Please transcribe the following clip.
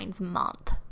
month